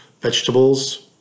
vegetables